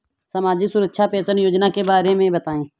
सामाजिक सुरक्षा पेंशन योजना के बारे में बताएँ?